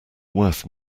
worth